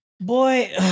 Boy